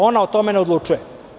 Ona o tome ne odlučuje.